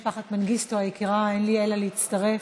משפחת מנגיסטו היקרה, אין לי אלא להצטרף